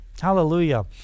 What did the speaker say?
Hallelujah